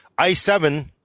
i7